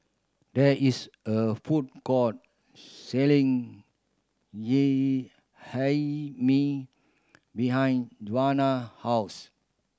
there is a food court selling Hae Mee behind Joana house